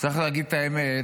צריך להגיד את האמת,